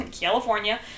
California